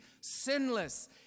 sinless